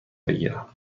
بگیرم